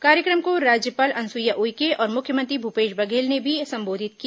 कार्यक्रम को राज्यपाल अनुसुईया उइके और मुख्यमंत्री भूपेश बघेल ने भी संबोधित किया